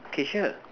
K sure